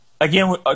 again